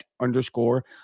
underscore